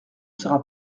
sera